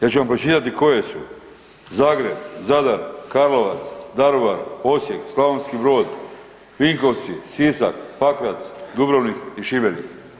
Ja ću vam pročitati koje se, Zagreb, Zadar, Karlovac, Daruvar, Osijek, Slavonski Brod, Vinkovci, Sisak, Pakrac, Dubrovnik i Šibenik.